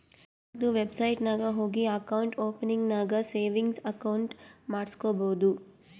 ಬ್ಯಾಂಕ್ದು ವೆಬ್ಸೈಟ್ ನಾಗ್ ಹೋಗಿ ಅಕೌಂಟ್ ಓಪನಿಂಗ್ ನಾಗ್ ಸೇವಿಂಗ್ಸ್ ಅಕೌಂಟ್ ಮಾಡುಸ್ಕೊಬೋದು